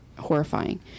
horrifying